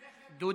דודי.